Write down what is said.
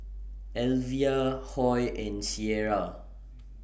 Elvia Hoy and Cierra